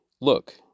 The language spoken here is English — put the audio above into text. look